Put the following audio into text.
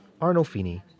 Arnolfini